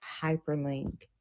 hyperlink